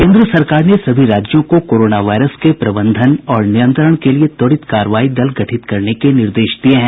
केन्द्र सरकार ने सभी राज्यों को कोरोना वायरस के प्रबंधन और नियंत्रण के लिए त्वरित कार्रवाई दल गठित करने के निर्देश दिये हैं